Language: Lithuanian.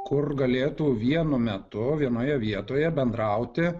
kur galėtų vienu metu vienoje vietoje bendrauti